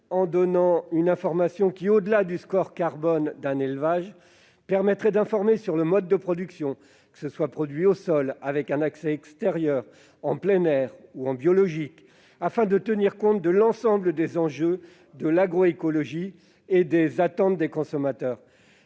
on fournirait une information qui, au-delà du score carbone d'un élevage, renseignerait l'acheteur sur le mode de production- au sol, avec un accès extérieur, en plein air, ou en agriculture biologique -afin de tenir compte de l'ensemble des enjeux de l'agroécologie et des attentes des consommateurs.